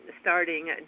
starting